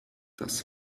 das